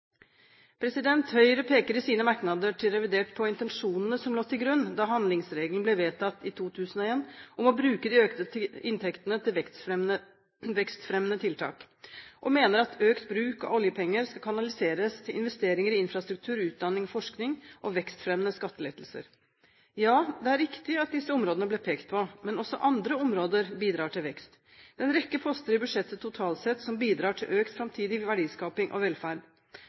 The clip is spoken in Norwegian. Høyre peker i sine merknader til revidert nasjonalbudsjett på intensjonene som lå til grunn da handlingsregelen ble vedtatt i 2001, om å bruke de økte inntektene til vekstfremmende tiltak, og mener at økt bruk av oljepenger skal kanaliseres til investeringer i infrastruktur, utdanning og forskning og til vekstfremmende skattelettelser. Ja, det er riktig at disse områdene ble pekt på, men også andre områder bidrar til vekst. Det er en rekke poster i budsjettet totalt sett som bidrar til økt framtidig verdiskaping og velferd.